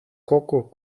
koko